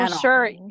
Sure